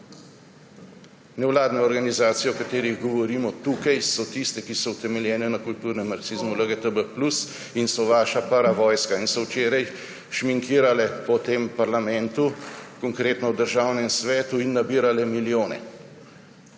Nevladne organizacije, o katerih govorimo tukaj, so tiste, ki so utemeljene na kulturnem marksizmu LGTB + in so vaša paravojska in so včeraj šminkirale po tem parlamentu, konkretno v Državnem svetu, in nabirale milijone.